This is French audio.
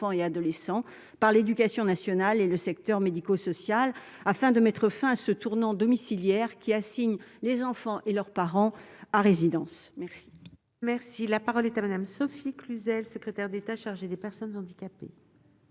et adolescents par l'Éducation nationale et le secteur médico-social afin de mettre fin à ce tournant domiciliaire qui assigne les enfants et leurs parents à résidence merci. Merci, la parole est à madame Sophie Cluzel, secrétaire d'État chargée des personnes handicapées.